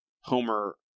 Homer